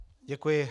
Děkuji.